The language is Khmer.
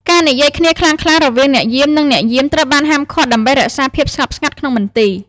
ការនិយាយគ្នាខ្លាំងៗរវាងអ្នកយាម និងអ្នកយាម ត្រូវបានហាមឃាត់ដើម្បីរក្សាភាពស្ងប់ស្ងាត់ក្នុងមន្ទីរ។